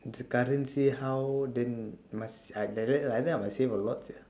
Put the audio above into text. it's the currency how then must like that like that I must save a lot sia